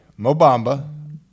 Mobamba